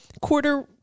quarter